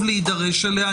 טוב להידרש אליה.